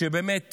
שבאמת